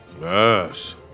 Yes